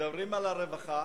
כשמדברים על הרווחה,